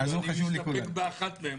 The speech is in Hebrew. ואני מסתפק באחת מהן,